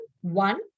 One